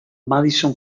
madison